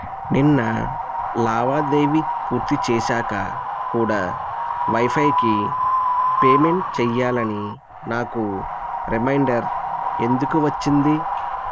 నిన్న లావాదేవీ పూర్తి చేశాక కూడా వైఫైకి పేమెంట్ చేయాలని నాకు రిమైండర్ ఎందుకు వచ్చింది